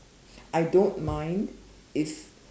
I don't mind if